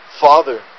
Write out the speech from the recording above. Father